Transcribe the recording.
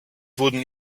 wurden